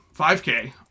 5K